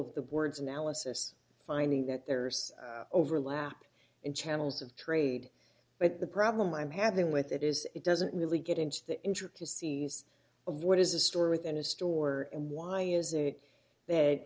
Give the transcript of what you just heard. of the board's analysis finding that there's overlap in channels of trade but the problem i'm having with it is it doesn't really get into the intricacies of what is a store within a store why is it that